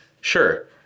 Sure